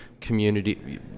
community